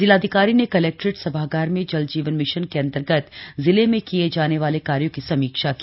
जिलाधिकारी ने कलेक्ट्रेट सभागार में जल जीवन मिशन के अन्तर्गत जिले में किये जाने वाले कार्यो की समीक्षा की